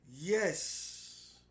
Yes